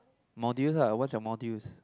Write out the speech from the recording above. modules ah what's your modules